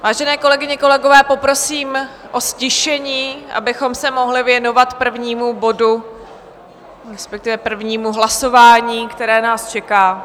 Vážené kolegyně, kolegové, poprosím o ztišení, abychom se mohli věnovat prvnímu bodu, respektive prvnímu hlasování, které nás čeká.